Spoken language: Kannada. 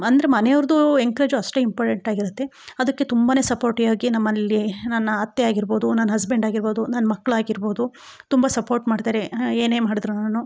ಅಂದರೆ ಮನೆಯವರದು ಎನ್ಕರೇಜು ಅಷ್ಟೇ ಇಂಪಾರ್ಟೆಂಟ್ ಆಗಿರುತ್ತೆ ಅದಕ್ಕೆ ತುಂಬಾ ಸಪೋರ್ಟಿವ್ ಆಗಿ ನಮ್ಮಲ್ಲಿ ನನ್ನ ಅತ್ತೆಯಾಗಿರ್ಬೋದು ನನ್ನ ಹಸ್ಬೆಂಡ್ ಆಗಿರ್ಬೋದು ನನ್ನ ಮಕ್ಕಳಾಗಿರ್ಬೋದು ತುಂಬ ಸಪೋರ್ಟ್ ಮಾಡ್ತಾರೆ ಏನೇ ಮಾಡಿದ್ರುನುನು